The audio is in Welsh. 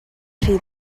rhy